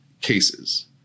cases